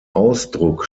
ausdruck